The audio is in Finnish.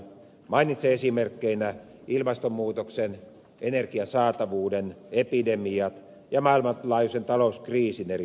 mainitsen esimerkkeinä ilmastonmuutoksen energian saatavuuden epidemiat ja maailmanlaajuisen talouskriisin eri lieveilmiöineen